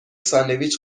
ساندویچ